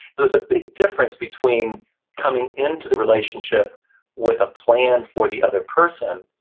there's a big difference between coming into the relationship with a plan for the other person,